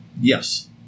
Yes